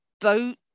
boat